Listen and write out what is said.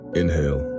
inhale